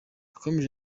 yakomeje